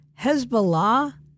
Hezbollah